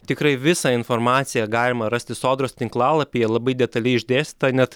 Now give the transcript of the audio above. tikrai visą informaciją galima rasti sodros tinklalapyje labai detaliai išdėstyta net